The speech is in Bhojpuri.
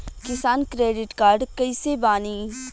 किसान क्रेडिट कार्ड कइसे बानी?